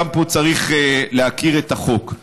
גם פה צריך להכיר את החוק.